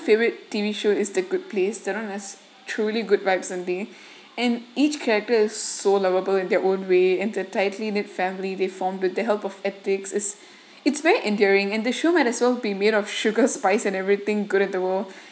favourite T_V show is the good place that one has truly good vibes and thing and each character is so lovable in their own way and their tightly knit family they form with the help of ethics is it's very enduring and the show might as will be made of sugar spice and everything good at the world